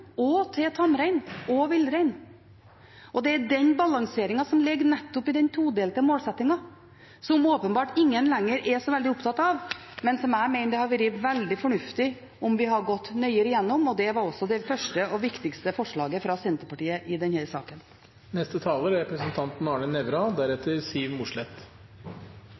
og tamrein og villrein. Det er den balanseringen som ligger nettopp i den todelte målsettingen, som åpenbart ingen lenger er så veldig opptatt av, men som jeg mener det hadde vært veldig fornuftig om vi hadde gått nøyere igjennom. Det var også det første og viktigste forslaget fra Senterpartiet i denne saken. Senterpartiet og SV er